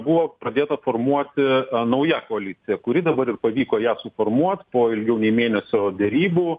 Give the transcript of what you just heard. buvo pradėta formuoti nauja koalicija kuri dabar ir pavyko ją suformuot po ilgiau nei mėnesio derybų